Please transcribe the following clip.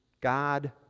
God